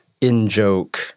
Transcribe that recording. in-joke